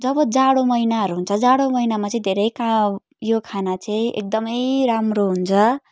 जब जाडो महिनाहरू हुन्छ जाडो महिनामा चाहिँ धेरै क यो खाना चाहिँ एकदमै राम्रो हुन्छ